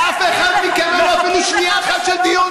שאף אחד מכם לא הייתה לו אפילו שנייה אחת של דיון